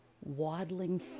waddling